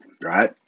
right